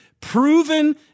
proven